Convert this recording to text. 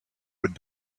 would